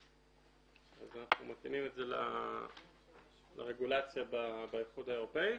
אנחנו מתאימים את זה לרגולציה באיחוד האירופאי.